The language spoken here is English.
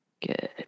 Good